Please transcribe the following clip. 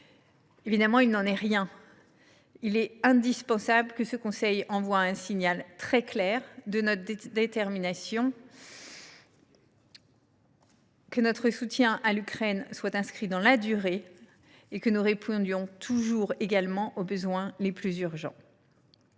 Évidemment, il n’en est rien et il est indispensable que le Conseil envoie un signal très clair de notre détermination, que notre soutien à l’Ukraine soit inscrit dans la durée et que nous continuions de répondre aux besoins les plus urgents.